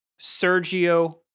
Sergio